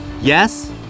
Yes